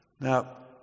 Now